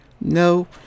No